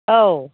औ